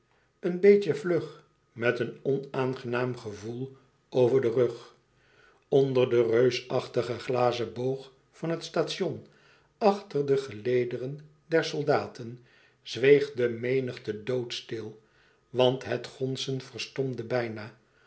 een beetje vlug met een onaangenaam gevoel over den rug onder den reusachtigen glazen boog van het station achter de gelederen der soldaten zweeg de menigte doodstil want het gonsen verstomde bijna